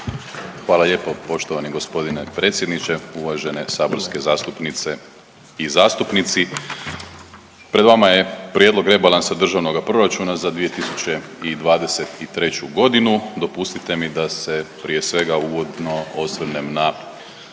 Hvala lijepo poštovani g. predsjedniče. Uvažene saborske zastupnice i zastupnici. Pred vama je prijedlog rebalansa državnoga proračuna za 2023.g., dopustite mi da se prije svega uvodno osvrnem na